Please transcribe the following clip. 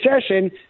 session